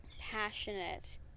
passionate